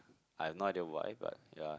I've no idea why but ya